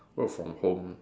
work from home